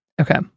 Okay